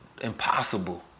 impossible